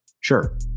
Sure